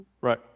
right